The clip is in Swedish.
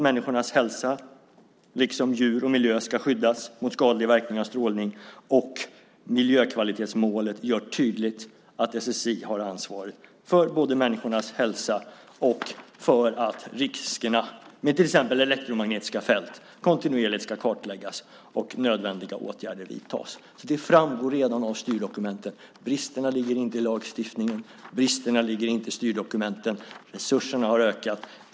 Människors hälsa liksom djur och miljö ska skyddas mot skadlig verkan av strålning, och miljökvalitetsmålet gör tydligt att SSI har ansvaret för människornas hälsa och för att riskerna med till exempel elektromagnetiska fält kontinuerligt ska kartläggas och att nödvändiga åtgärder vidtas. Det framgår redan av styrdokumenten. Bristerna ligger inte i lagstiftningen. Bristerna ligger inte i styrdokumenten. Resurserna har ökat.